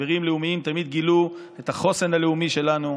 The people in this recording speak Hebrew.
משברים לאומיים תמיד גילו את החוסן הלאומי שלנו,